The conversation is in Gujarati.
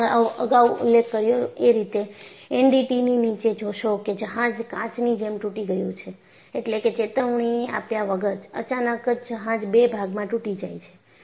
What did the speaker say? મેં અગાઉ ઉલ્લેખ કર્યો છે એ રીતે એનડીટી ની નીચે જોશો કે જહાજ કાચની જેમ તૂટી ગયું છે એટલે કે ચેતાવણી આપ્યા વગર અચાનક જ જહાજ બે ભાગમાં તૂટી જાય છે